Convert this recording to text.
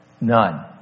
None